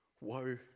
Woe